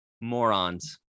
Morons